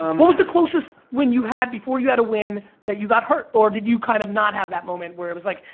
um what was the closest win you had before you had a win that you got hurt? or did you kind of not have that moment where it was like,